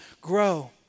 grow